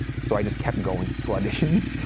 so i just kept going to auditions.